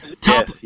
top